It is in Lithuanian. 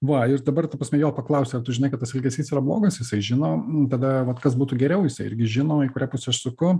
va ir dabar ta prasme jo paklausia ar tu žinai kad tas elgesys yra blogas jisai žino tada vat kas būtų geriau jisai irgi žino į kurią pusę aš suku